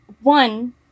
one